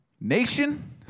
nation